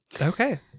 Okay